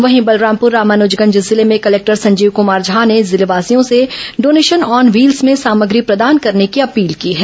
वहीं बलरामपुर रामानुजगंज जिले में कलेक्टर संजीव कुमार झा ने जिलेवासियों से डोनेशन ऑन व्हील्स में सामग्री प्रदान करने की अपील की है